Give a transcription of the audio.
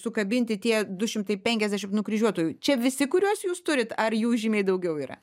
sukabinti tie du šimtai penkiasdešimt nukryžiuotųjų čia visi kuriuos jūs turit ar jų žymiai daugiau yra